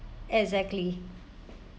exactly